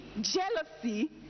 jealousy